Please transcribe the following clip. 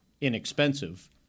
inexpensive